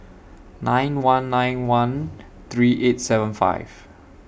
nine one nine one three eight seven five